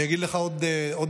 אני אגיד לך עוד דבר.